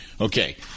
Okay